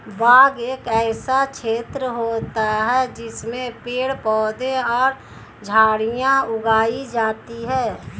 बाग एक ऐसा क्षेत्र होता है जिसमें पेड़ पौधे और झाड़ियां उगाई जाती हैं